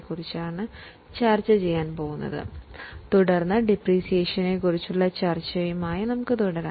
അതിനു ശേഷം ഡിപ്രീസിയേഷനിലേക്കു കടക്കാം